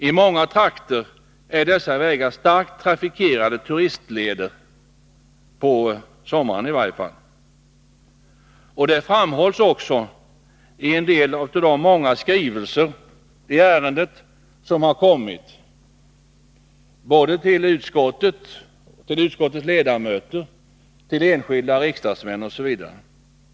I många trakter är dessa vägar starkt trafikerade turistleder, i varje fall under sommartid. Detta framhålls också i en del av de många skrivelser i ärendet som kommit både till utskottet, utskottets ledamöter, enskilda riksdagsmän osv.